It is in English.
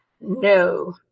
No